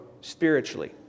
spiritually